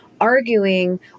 arguing